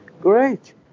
Great